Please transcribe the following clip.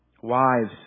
Wives